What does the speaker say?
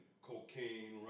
cocaine